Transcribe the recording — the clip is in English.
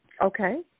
Okay